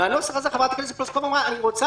מהנוסח הזה חברת הכנסת פלוסקוב אמרה: אני רוצה